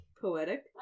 poetic